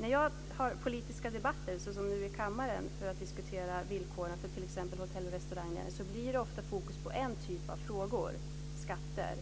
När jag för politiska debatter, som nu i kammaren, om villkoren för t.ex. hotell och restauranger blir det ofta fokus på en typ av frågor, skatter.